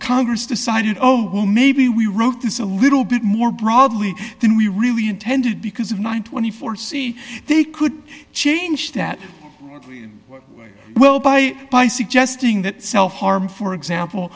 congress decided oh well maybe we wrote this a little bit more broadly than we really intended because of nine hundred and twenty four see they could change that well by by suggesting that self harm for example